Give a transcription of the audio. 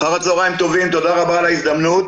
אחר צהריים טובים, תודה רבה על ההזדמנות.